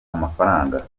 amafaranga